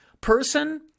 person